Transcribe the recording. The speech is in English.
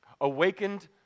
Awakened